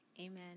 Amen